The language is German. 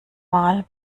mal